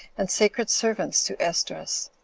and sacred servants to esdras.